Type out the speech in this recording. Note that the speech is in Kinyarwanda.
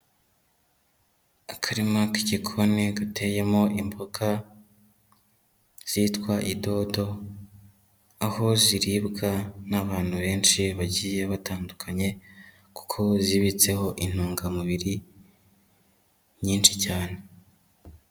Akarima k'igikoni gateyemo imboga zitwa idodo, aho ziribwa n'abantu benshi bagiye batandukanye kuko zibitseho intungamubiri nyinshi cyane.